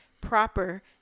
proper